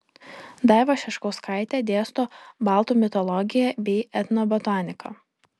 daiva šeškauskaitė dėsto baltų mitologiją bei etnobotaniką